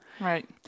Right